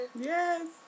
Yes